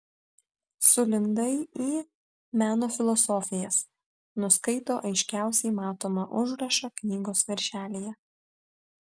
sulindai į meno filosofijas nuskaito aiškiausiai matomą užrašą knygos viršelyje